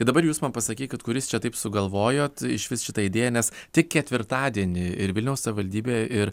tai dabar jūs man pasakykit kuris čia taip sugalvojot išvis šitą idėją nes tik ketvirtadienį ir vilniaus savivaldybė ir